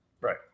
Right